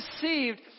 deceived